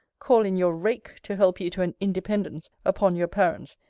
call in your rake to help you to an independence upon your parents,